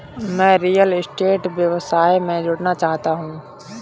मैं real estate व्यवसाय से जुड़ना चाहता हूँ